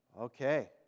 Okay